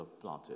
planted